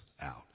out